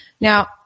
Now